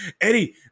Eddie